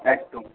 একদম